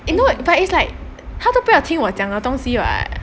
you know but it's like 他都不要听我讲的东西 [what]